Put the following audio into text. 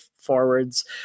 forwards